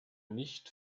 nicht